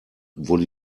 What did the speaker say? wurde